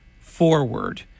Forward